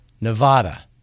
Nevada